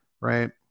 right